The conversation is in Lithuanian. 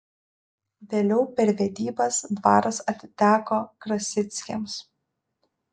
vėliau per vedybas dvaras atiteko krasickiams